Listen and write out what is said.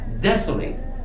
desolate